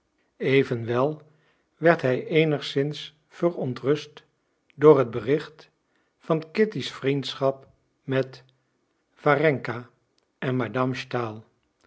evenwel werd hij eenigszins verontrust door het bericht van kitty's vriendschap met warenka en madame stahl